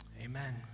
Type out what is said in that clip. amen